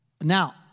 Now